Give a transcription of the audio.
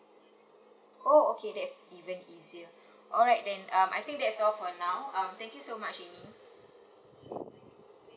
oh okay that's even easier alright then um I think that's all for now um thank you so much amy